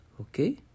okay